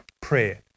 prayer